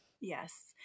Yes